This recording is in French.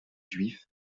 juifs